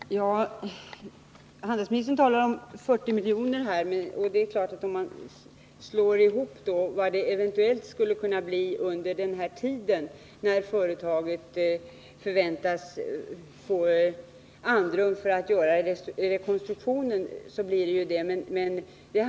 Herr talman! Handelsministern talar om 40 miljoner. Det är klart att om man slår ihop allt stöd under den här tiden, när företaget förväntas få andrum för rekonstruktionen, blir det den summan.